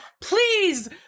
please